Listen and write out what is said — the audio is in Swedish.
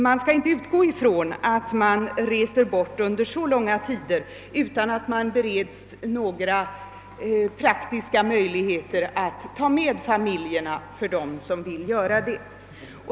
Det är orimligt att utgå ifrån att man, när man är bortrest under så lång tid, inte skall beredas några praktiska möjligheter att ta med familjerna när man så önskar.